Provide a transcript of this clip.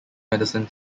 medicine